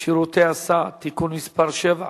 שירותי הסעד (תיקון מס' 7)